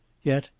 yet,